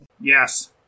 Yes